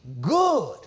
good